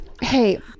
hey